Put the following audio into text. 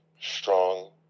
strong